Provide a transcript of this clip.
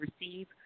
receive